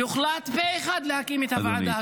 והוחלט פה אחד להקים את הוועדה הזאת.